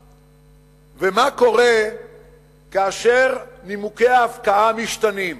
ההפקעה ומה קורה כאשר נימוקי ההפקעה משתנים.